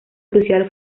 crucial